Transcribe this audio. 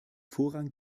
vorrang